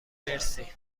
مرسی